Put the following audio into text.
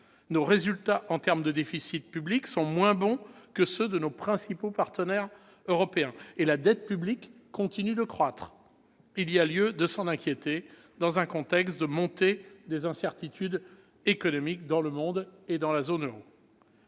nos résultats en matière de déficit public sont moins bons que ceux de nos principaux partenaires européens, et la dette publique continue de croître. Il y a lieu de nous en inquiéter dans un contexte de montée des incertitudes économiques dans le monde et dans la zone euro.